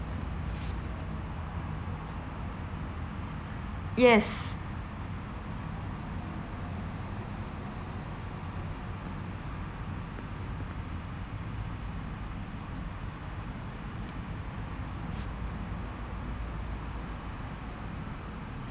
yes